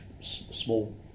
small